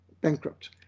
bankrupt